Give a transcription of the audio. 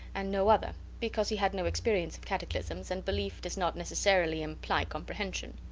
and no other, because he had no experience of cataclysms, and belief does not necessarily imply comprehension.